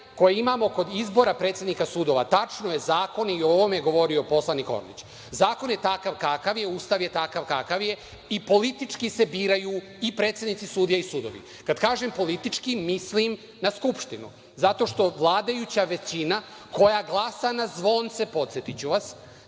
koje imamo kod izbora predsednika sudova, i o ovome govorio poslanik Orlić, zakon je takav kakav je, Ustav je takav kakav je i politički se biraju i predsednici sudija i sudovi. Kad kažem politički, mislim na Skupštinu. Zato što vladajuća većina koja glasa na zvonce, podsetiću vas,